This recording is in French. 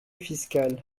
fiscale